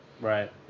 Right